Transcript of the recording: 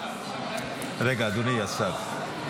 רגע, אדוני השר.